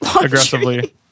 aggressively